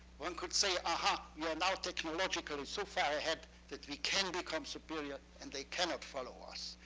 one could say, aha, we're are now technologically so far ahead that we can become superior and they cannot follow us.